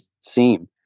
seem